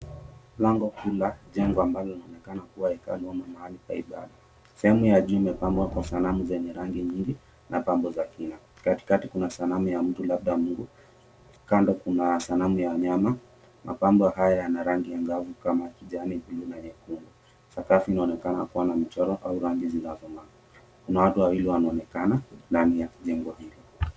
Lango kuu la jengo ambalo linaonekana kuwa hekalu ama mahali pa ibada. Sehemu ya juu imepambwa kwa sanamu zenye rangi nyingi na pambo za kina. Katikati kuna sanamu ya mtu labda mungu, kando kuna sanamu ya wanyama. Mampambo haya yana rangi angavu kama kijani, buluu na nyekundu. Sakafu inaonekana kuwa na michoro au rangi zinazong'aa, kuna watu wawili wanaoonekana ndani ya jengo hili.